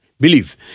Believe